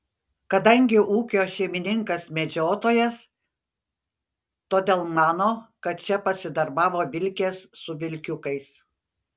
kadangi ūkio šeimininkas medžiotojas todėl mano kad čia pasidarbavo vilkės su vilkiukais